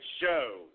show